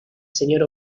señor